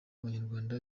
abanyarwanda